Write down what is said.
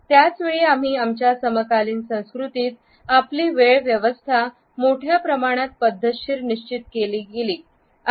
त्याच वेळी आम्ही आमच्या समकालीन संस्कृतीत आपली वेळ व्यवस्था मोठ्या प्रमाणात पद्धतशीर निश्चित केली गेली आहे